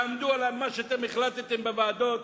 תעמדו על מה שהחלטתם בוועדות,